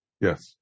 Yes